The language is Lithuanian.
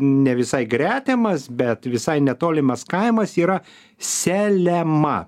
ne visai gretimas bet visai netolimas kaimas yra selema